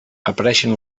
apareixen